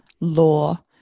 law